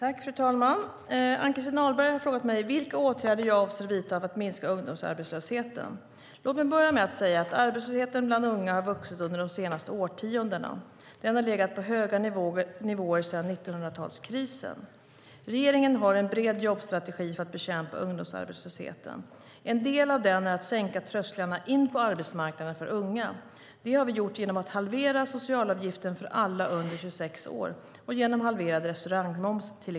Fru talman! Ann-Christin Ahlberg har frågat mig vilka åtgärder jag avser att vidta för att minska ungdomsarbetslösheten. Låt mig börja med att säga att arbetslösheten bland unga har vuxit under de senaste årtiondena. Den har legat på höga nivåer sedan 1990-talskrisen. Regeringen har en bred jobbstrategi för att bekämpa ungdomsarbetslösheten. En del av den är att sänka trösklarna in på arbetsmarknaden för unga. Det har vi gjort genom att halvera socialavgiften för alla under 26 år och genom halverad restaurangmoms.